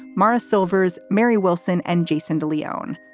marra silvers, mary wilson and jason de leon.